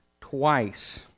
twice